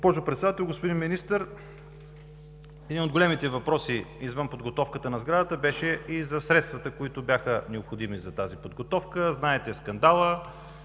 Госпожо Председател, господин Министър. Един от големите въпроси извън подготовката на сградата беше и за средствата, които бяха необходими за тази подготовка. Знаете скандала,